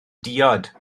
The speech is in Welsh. diod